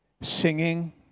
singing